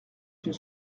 une